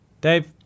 Dave